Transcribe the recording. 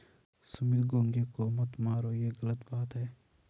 सुमित घोंघे को मत मारो, ये गलत बात है